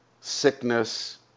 sickness